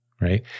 right